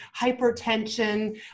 hypertension